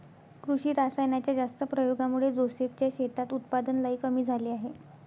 कृषी रासायनाच्या जास्त प्रयोगामुळे जोसेफ च्या शेतात उत्पादन लई कमी झाले आहे